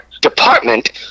department